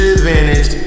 advantage